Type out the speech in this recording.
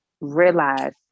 realize